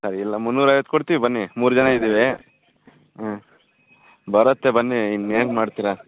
ಹಾಂ ಇಲ್ಲ ಮುನ್ನೂರು ಐವತ್ತು ಕೊಡ್ತೀವಿ ಬನ್ನಿ ಮೂರು ಜನ ಇದಿವಿ ಹ್ಞೂ ಬರತ್ತೆ ಬನ್ನಿ ಇನ್ನು ಏನು ಮಾಡ್ತೀರಾ